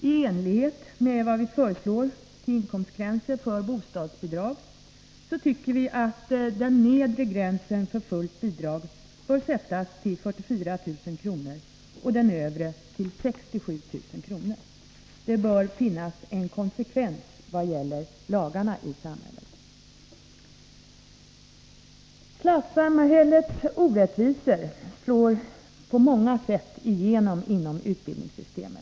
I enlighet med de inkomstgränser vi föreslår för bostadsbidrag tycker vi att den nedre gränsen för fullt bidrag bör sättas till 44 000 kr. och den övre gränsen till 67 000 kr. Det bör finnas konsekvens mellan lagarna i samhället. Klassamhällets orättvisor slår på många sätt igenom inom utbildningssystemet.